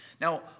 Now